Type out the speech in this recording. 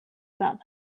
about